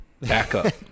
backup